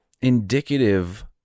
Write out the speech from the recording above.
indicative